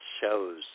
shows